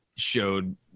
Showed